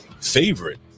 favorite